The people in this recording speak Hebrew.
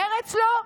מרצ לא.